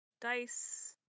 Dice